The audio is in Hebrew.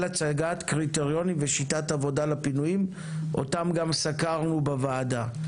הצגת קריטריונים ושיטת עבודה לפינויים אותם גם סקרנו בוועדה.